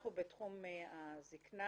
אנחנו בתחום הזקנה